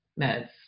meds